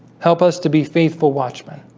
help us to be faithful watchmen